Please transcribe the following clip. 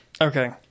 Okay